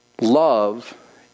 Love